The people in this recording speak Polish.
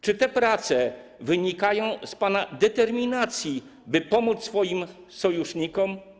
Czy te prace wynikają z pana determinacji, by pomóc swoim sojusznikom?